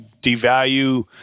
devalue